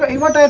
one